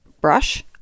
brush